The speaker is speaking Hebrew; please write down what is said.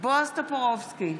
בועז טופורובסקי,